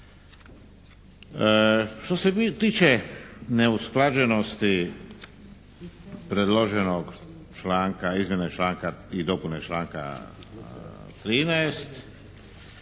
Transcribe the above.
Što se tiče neusklađenosti predloženog članka, izmjene i dopune članka 13.